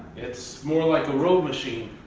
it's more like a row machine